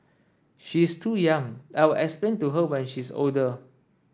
she is too young I'll explain to her when she's older